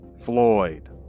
Floyd